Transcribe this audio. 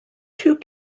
two